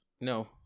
No